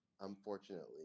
unfortunately